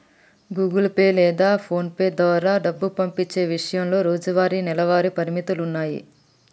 Google Pay లేదా పోన్పే ద్వారా డబ్బు పంపించే ఇషయంలో రోజువారీ, నెలవారీ పరిమితులున్నాయి